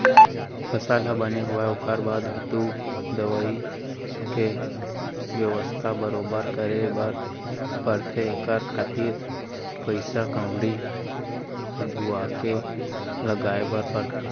फसल ह बने होवय ओखर बर धातु, दवई के बेवस्था बरोबर करे बर परथे एखर खातिर पइसा कउड़ी अघुवाके लगाय बर परथे